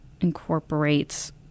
incorporates